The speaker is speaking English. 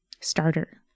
starter